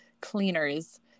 cleaners